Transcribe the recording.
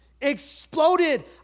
Exploded